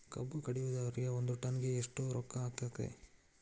ಕಬ್ಬು ಕಡಿಯುವರಿಗೆ ಒಂದ್ ಟನ್ ಗೆ ಎಷ್ಟ್ ರೊಕ್ಕ ಆಕ್ಕೆತಿ?